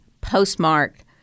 postmarked